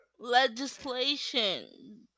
legislation